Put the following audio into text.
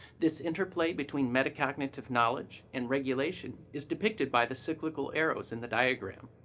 this interplay between metacognitive knowledge and regulation is depicted by the cyclical arrows in the diagram.